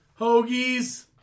Hoagies